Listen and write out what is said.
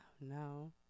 No